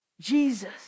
Jesus